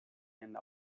and